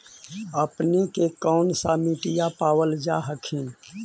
अपने के कौन सा मिट्टीया पाबल जा हखिन?